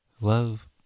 love